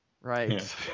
Right